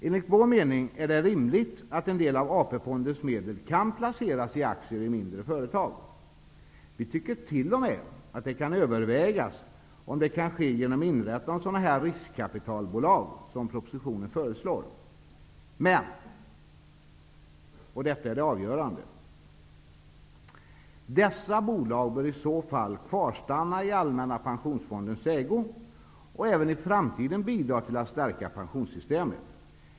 Enligt vår mening är det rimligt att en del av AP-fondens medel kan placeras i aktier i mindre företag. Vi tycker t.o.m. att det kan övervägas om det kan ske genom inrättande av sådana riskkapitalbolag som föreslås i propositionen. Men -- och det är det avgörande -- dessa bolag bör i så fall kvarstanna i Allmänna pensionsfondens ägo och även i framtiden bidra till att stärka pensionssystemet.